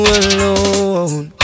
alone